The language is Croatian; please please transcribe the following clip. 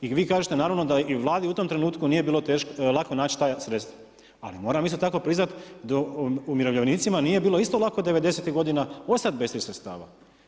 I vi kažete naravno da i Vladi u tom trenutku nije bilo lako naći ta sredstva, ali moramo isto tako priznati da umirovljenicima nije bilo isto lako devedesetih godina ostati bez tih sredstava.